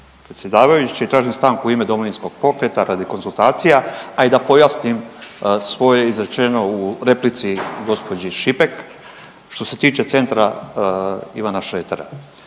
predsjedavajući. Tražim stanku u ime Domovinskog pokreta radi konzultacija, a i da pojasnim svoje izrečeno u replici gospođi Šipek što se tiče Centra Ivana Šretera.